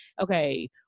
okay